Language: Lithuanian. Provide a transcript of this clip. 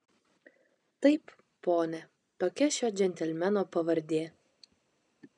taip pone tokia šio džentelmeno pavardė